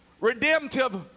redemptive